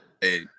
Hey